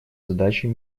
задачей